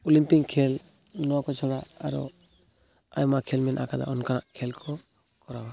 ᱮᱢᱟᱱ ᱛᱮᱭᱟᱜ ᱠᱷᱮᱞ ᱱᱚᱣᱟᱠᱚ ᱪᱷᱟᱲᱟ ᱟᱨᱚ ᱟᱭᱢᱟ ᱠᱷᱮᱞ ᱢᱮᱱᱟ ᱟᱠᱟᱫᱟ ᱚᱱᱠᱟᱱᱟᱜ ᱠᱷᱮᱞᱠᱚ ᱠᱚᱨᱟᱣᱟ